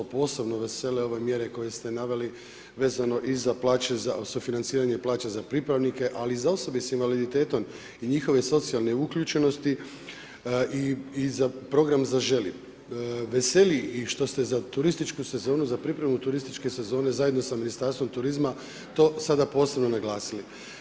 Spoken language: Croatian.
Posebno vesele ove mjere koje ste naveli vezano i za plaće, za sufinanciranje plaća za pripravnike ali i za osobe s invaliditetom i njihove socijalne uključenosti i za program … Veseli i što ste za turističku sezonu, za pripremu turističke sezone zajedno sa Ministarstvom turizma to sada posebno naglasili.